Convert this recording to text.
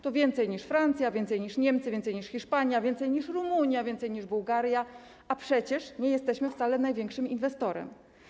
To więcej niż Francja, więcej niż Niemcy, więcej niż Hiszpania, więcej niż Rumunia, więcej niż Bułgaria, a przecież nie jesteśmy wcale największym inwestorem.